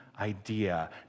idea